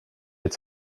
its